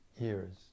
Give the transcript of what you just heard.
years